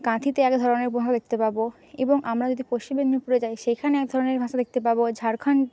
কাঁথিতে এক ধরনের উপভাষা দেখতে পাব এবং আমরা যদি পশ্চিম মেদিনীপুরে যাই সেইখানে এক ধরনের ভাষা দেখতে পাব ঝাড়খণ্ড